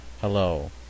hello